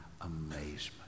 amazement